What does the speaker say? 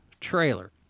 trailer